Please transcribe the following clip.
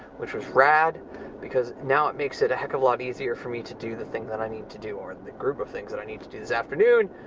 which was rad because now it makes it a heck of a lot easier for me to do the thing that i need to do, or the group of things that i need to do this afternoon.